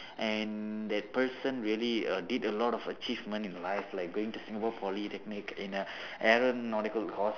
and that person really err did a lot of achievement in life like going to singapore polytechnic in err aeronautical course